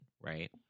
right